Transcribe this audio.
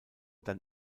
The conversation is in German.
dann